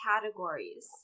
categories